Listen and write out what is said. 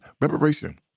reparation